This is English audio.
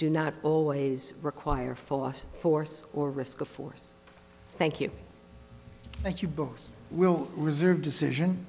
do not always require full force or risk of force thank you thank you but will reserve decision